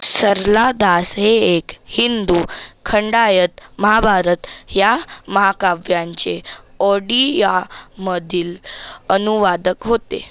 सरला दास हे एक हिंदू खंडायत महाभारत या महाकाव्यांचे ओडिया मधील अनुवादक होते